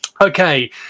Okay